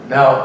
Now